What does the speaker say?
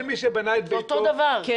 זה אותו הדבר.